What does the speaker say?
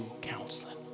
counseling